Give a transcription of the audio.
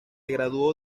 graduó